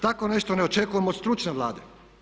Tako nešto ne očekujemo od stručne Vlade.